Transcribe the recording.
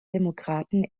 demokraten